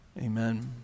Amen